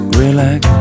relax